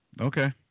Okay